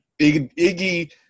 Iggy